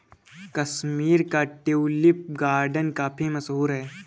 कश्मीर का tulip garden काफी मशहूर है